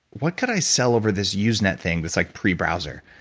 what could i sell over this usenet thing, that's like pre-browser,